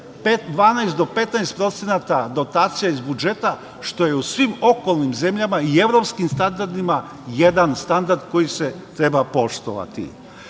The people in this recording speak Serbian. do 15 % dotacija iz budžeta, što je u svim okolnim zemljama i evropskim standardima jedan standard koji se treba poštovati.No,